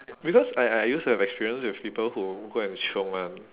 because I I used to have experience with people who go and chiong [one]